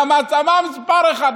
והמעצמה מס' אחת,